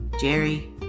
Jerry